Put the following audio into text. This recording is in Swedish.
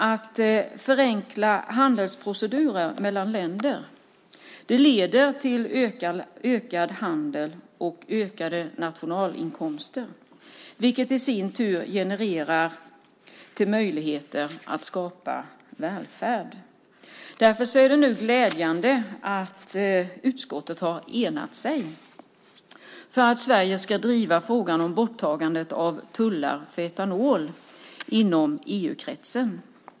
Att förenkla handelsprocedurer mellan länder leder till ökad handel och ökade nationalinkomster, vilket i sin tur genererar möjligheter att skapa välfärd. Därför är det nu glädjande att utskottet har enats om att Sverige ska driva frågan om borttagandet av tullar för etanol inom EU-kretsen.